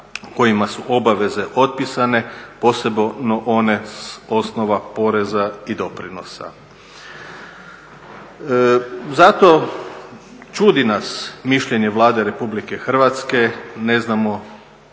kojima su obaveze otpisane posebno one s osnova poreza i doprinosa. Zato čudi nas mišljenje Vlade Republike Hrvatske, ne znamo